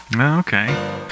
Okay